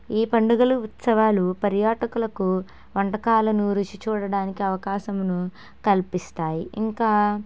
ఈ పండుగలు ఉత్సవాలు పర్యాటకులకు వంటకాలను రుచి చూడడానికి అవకాశమును కల్పిస్తాయి ఇంకా